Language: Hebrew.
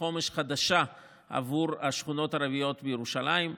חומש חדשה עבור השכונות הערביות בירושלים,